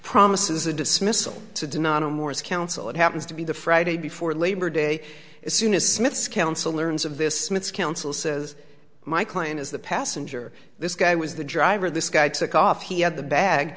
promises a dismissal to do not a more is council it happens to be the friday before labor day as soon as smith's council learns of this smith's council says my client is the passenger this guy was the driver this guy took off he had the bag